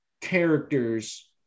characters